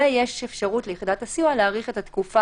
ויש אפשרות ליחידת הסיוע להאריך את התקופה